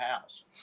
house